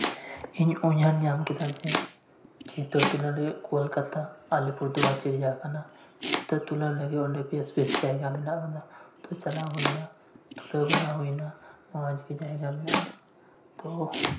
ᱤᱧ ᱩᱧᱦᱟᱹᱨ ᱧᱟᱢ ᱠᱮᱫᱟ ᱡᱮ ᱪᱤᱛᱟᱹᱨ ᱛᱩᱞᱟᱹᱣ ᱞᱟᱹᱜᱤᱫ ᱠᱳᱞᱠᱟᱛᱟ ᱟᱞᱤᱯᱩᱨ ᱫᱩᱣᱟᱨ ᱪᱤᱲᱭᱟ ᱠᱷᱟᱱᱟ ᱪᱤᱛᱟᱹᱨ ᱛᱩᱞᱟᱹᱣ ᱞᱟᱹᱜᱤᱫ ᱚᱸᱰᱮ ᱵᱮᱥ ᱵᱮᱥ ᱡᱟᱭᱜᱟ ᱢᱮᱱᱟᱜᱼᱟ ᱛᱚ ᱪᱟᱞᱟᱣ ᱦᱩᱭᱮᱱᱟ ᱛᱩᱞᱟᱹᱣ ᱵᱟᱲᱟ ᱦᱩᱭᱮᱱᱟ ᱢᱚᱪᱜᱮ ᱡᱟᱭᱜᱟ ᱢᱮᱱᱟᱜᱼᱟ ᱛᱚ